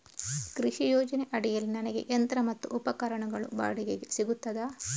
ಕೃಷಿ ಯೋಜನೆ ಅಡಿಯಲ್ಲಿ ನನಗೆ ಯಂತ್ರ ಮತ್ತು ಉಪಕರಣಗಳು ಬಾಡಿಗೆಗೆ ಸಿಗುತ್ತದಾ?